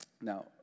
Now